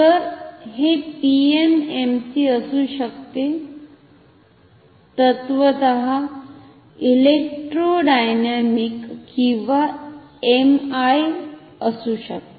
तर हे पीएमएमसी असू शकते तत्वतः इलेक्ट्रोडायनामिक किंवा एमआय असू शकते